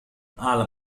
أعلم